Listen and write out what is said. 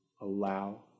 allow